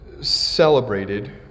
celebrated